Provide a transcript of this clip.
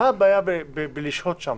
מה הבעיה בלשהות שם?